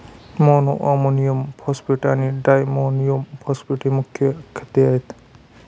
monoammonium phosphate आणि diammonium phosphate ही मुख्य खते आहेत